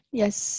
yes